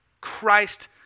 Christ